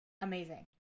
amazing